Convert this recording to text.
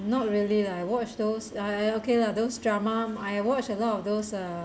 not really lah I watch those I I okay lah those drama I watch a lot of those uh